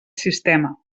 sistema